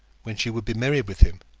when she would be merry with him.